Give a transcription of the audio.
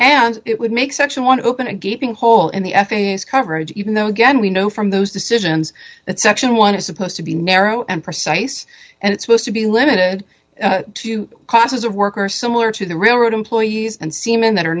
and it would make section want to open a gaping hole in the f a s coverage even though again we know from those decisions that section one is supposed to be narrow and precise and it's supposed to be limited to causes of worker similar to the railroad employees and seamen that are